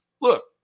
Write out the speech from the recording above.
look